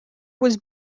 was